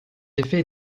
effet